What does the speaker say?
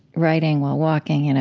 writing while walking, you know,